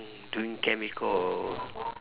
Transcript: doing chemical